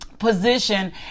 position